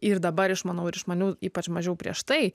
ir dabar išmanau ir išmaniau ypač mažiau prieš tai